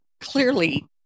clearly